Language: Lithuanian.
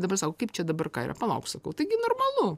dabar sako kaip čia dabar ką yra palauk sakau taigi normalu